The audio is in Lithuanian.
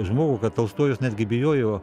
žmogų kad tolstojus netgi bijojo